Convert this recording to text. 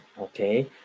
okay